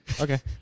Okay